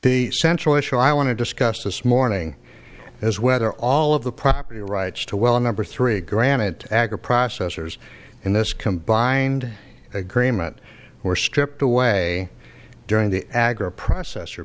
the central issue i want to discuss this morning is whether all of the property rights to well number three granite agriprocessors in this combined agreement were stripped away during the agriprocessor